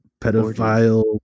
pedophile